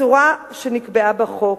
בצורה שנקבעה בחוק.